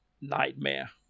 nightmare